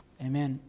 Amen